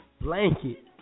Blanket